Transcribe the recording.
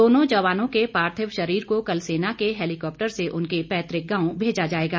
दोनों जवानों के पार्थिव शरीर को कल सेना के हैलीकॉप्टर से उनके पैतक गांव भेजा जाएगा